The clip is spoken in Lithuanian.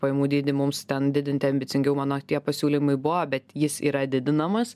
pajamų dydį mums ten didinti ambicingiau mano tie pasiūlymai buvo bet jis yra didinamas